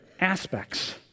aspects